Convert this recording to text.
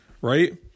right